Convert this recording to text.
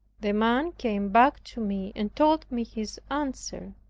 the man came back to me and told me his answer.